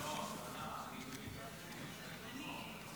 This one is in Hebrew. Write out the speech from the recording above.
מתוך אמונה והבנה אמיתית שבשביל זה אנחנו פה,